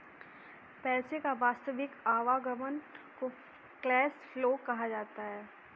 पैसे का वास्तविक आवागमन को कैश फ्लो कहा जाता है